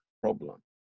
problem